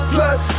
Plus